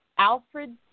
Alfred